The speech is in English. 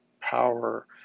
power